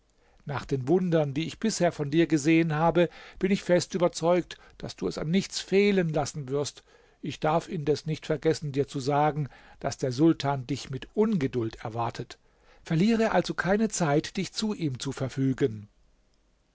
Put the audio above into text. nach den wundern die ich bisher von dir gesehen habe bin ich fest überzeugt daß du es an nichts fehlen lassen wirst ich darf indes nicht vergessen dir zu sagen daß der sultan dich mit ungeduld erwartet verliere also keine zeit dich zu ihm zu verfügen